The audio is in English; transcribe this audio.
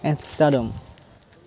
Amsterdam